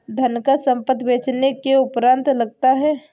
धनकर संपत्ति बेचने के उपरांत लगता है